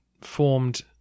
formed